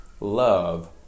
love